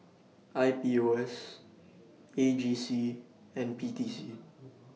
I P O S A G C and P T C